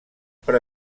per